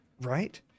Right